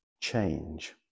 change